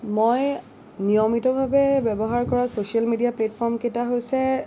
মই নিয়মিতভাৱে ব্যৱহাৰ কৰা ছচিয়েল মেডিয়া প্লেটফৰ্ম কেইটা হৈছে